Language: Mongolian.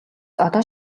одоо